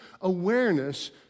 awareness